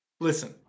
Listen